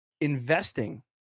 investing